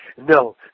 no